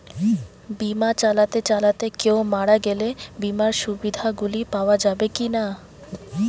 বিমা চালাতে চালাতে কেও মারা গেলে বিমার সুবিধা গুলি পাওয়া যাবে কি না?